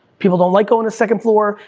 people don't like going to second floor,